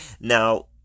Now